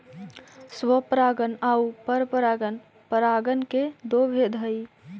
स्वपरागण आउ परपरागण परागण के दो भेद हइ